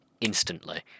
instantly